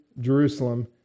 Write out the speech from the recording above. Jerusalem